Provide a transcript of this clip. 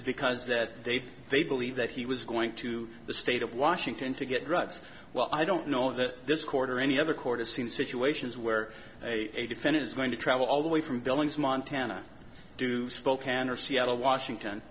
because that they they believe that he was going to the state of washington to get drugs well i don't know that this court or any other court has seen situations where a defendant is going to travel all the way from billings montana duvall kandor seattle washington